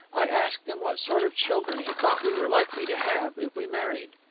i asked him what sort of children he thought we were likely to have if we married.